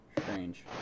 Strange